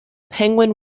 penguin